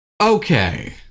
Okay